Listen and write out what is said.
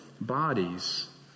bodies